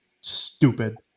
Stupid